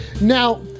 Now